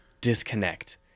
disconnect